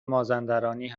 مازندرانی